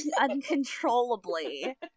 uncontrollably